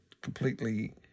completely